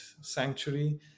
sanctuary